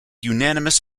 unanimous